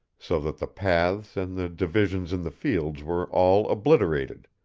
so that the paths and the divisions in the fields were all obliterated,